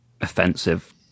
offensive